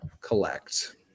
collect